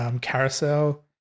Carousel